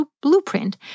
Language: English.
blueprint